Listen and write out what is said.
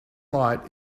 light